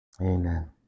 Amen